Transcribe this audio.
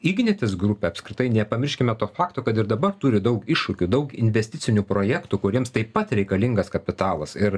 ignitis grupė apskritai nepamirškime to fakto kad ir dabar turi daug iššūkių daug investicinių projektų kuriems taip pat reikalingas kapitalas ir